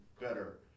better